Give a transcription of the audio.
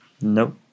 Nope